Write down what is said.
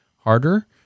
harder